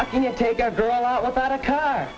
i can't take a girl out without a car